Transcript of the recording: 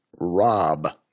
Rob